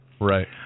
Right